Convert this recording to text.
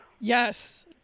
Yes